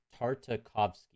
Tartakovsky